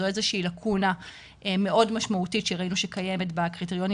זו איזו שהיא "לאקונה" מאוד משמעותית שראינו שקיימת בקריטריונים